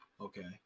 Okay